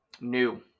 New